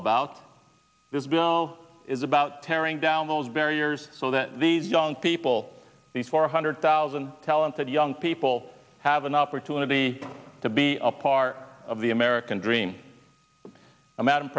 about this bill is about tearing down those barriers so that these young people these four hundred thousand talented young people have an opportunity to be a part of the american dream a